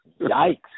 Yikes